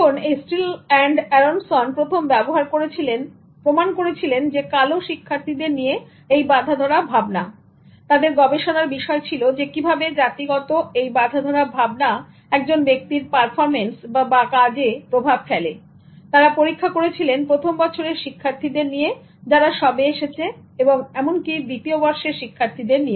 এখন Steele and Aronsonপ্রথম ব্যবহার করেছিলেন প্রমাণ করেছিলেন কালো শিক্ষার্থীদের নিয়ে বাঁধাধরা ভাবনা তাদের গবেষণার বিষয় ছিল কিভাবে জাতিগত বাঁধাধরা ভাবনা একজন ব্যক্তির পারফরমেন্সে বা কাজে প্রভাব ফেলে সুতরাং তারা পরীক্ষা করেছিলেন প্রথম বছরের শিক্ষার্থীদের দিয়ে যারা সবে এসেছ এবং এমনকি দ্বিতীয় বর্ষের শিক্ষার্থীদের নিয়ে